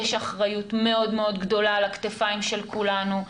יש אחריות מאוד מאוד גדולה על הכתפיים של כולנו,